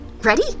Ready